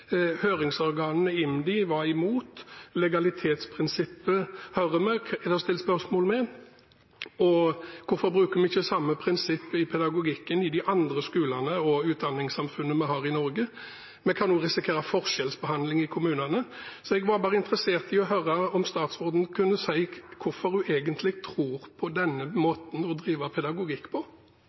IMDi var imot. Vi hører det er stilt spørsmål ved legalitetsprinsippet. Hvorfor bruker vi ikke samme prinsipp i pedagogikken i de andre skolene og utdanningssamfunnene vi har i Norge? Vi kan også risikere forskjellsbehandling i kommunene. Jeg er interessert i å høre statsråden si hvorfor hun egentlig tror på denne måten å drive pedagogikk på.